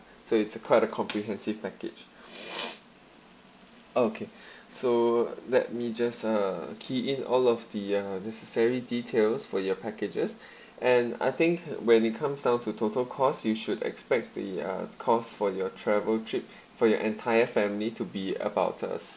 so it's a quite a comprehensive package okay so let me just uh key in all of the uh necessary details for your packages and I think when it comes down to total costs you should expect the uh cost for your travel trip for your entire family to be about uh